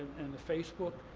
and the facebook,